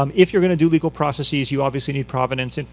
um if you're going to do legal processes, you obviously need providence, and